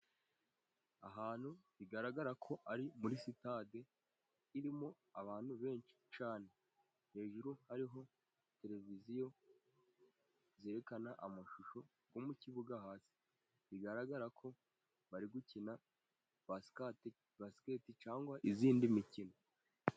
Ahantu bigaragara ko ari muri sitade, irimo abantu benshi cyane hejuru hariho tereviziyo yerekana amashusho yo mu kibuga hasi, bigaragara ko bari gukina basiketi cyangwa iyindi mikino.